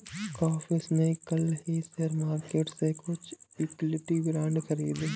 काशिफ़ ने कल ही शेयर मार्केट से कुछ इक्विटी बांड खरीदे है